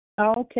Okay